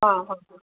हा हा